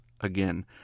again